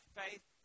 faith